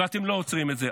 ואתם לא עוצרים את זה.